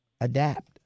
adapt